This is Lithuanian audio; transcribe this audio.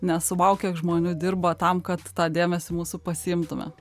nes vau kiek žmonių dirba tam kad tą dėmesį mūsų pasiimtume